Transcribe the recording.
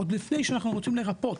עוד לפני שאנחנו רוצים לרפא,